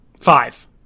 Five